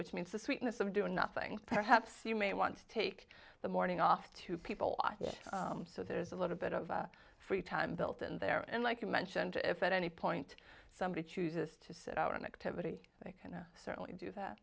which means the sweetness of doing nothing perhaps you may want to take the morning off to people so there's a little bit of a free time built in there and like you mentioned if at any point somebody chooses to sit out an activity they can certainly do that